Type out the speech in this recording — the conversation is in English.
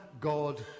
God